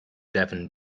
devon